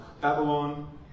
Babylon